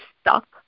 stuck